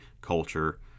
culture